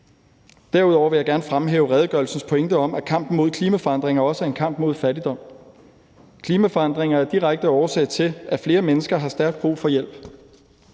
Derudover vil jeg gerne fremhæve redegørelsens pointe om, at kampen mod klimaforandringer også er en kamp mod fattigdom. Klimaforandringer er en direkte årsag til, at flere mennesker har stærkt brug for hjælp.